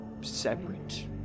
separate